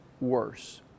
worse